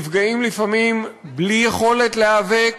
נפגעים לפעמים בלי יכולת להיאבק,